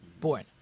born